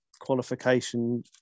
qualification